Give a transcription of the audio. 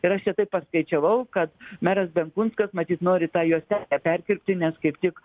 yra aš čia taip paskaičiavau kad meras benkunskas matyt nori tą juostelę perkirpti nes kaip tik